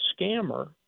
scammer